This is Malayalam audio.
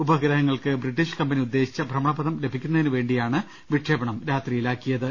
ഉപഗ്രഹങ്ങൾക്ക് ബ്രിട്ടീഷ് കമ്പനി ഉദ്ദേശിച്ച ഭ്രമണപഥം ലഭി ക്കുന്നതിനുവേണ്ടിയാണ് വിക്ഷേപണം രാത്രിയിലാക്കിയത്